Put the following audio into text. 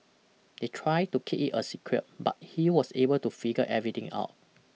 they tried to keep it a secret but he was able to figure everything out